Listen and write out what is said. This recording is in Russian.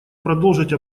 продолжить